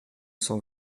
cent